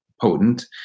potent